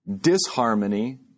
disharmony